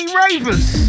ravers